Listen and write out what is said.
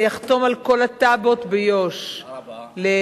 אני אחתום על כל התב"עות ביו"ש לבנייה.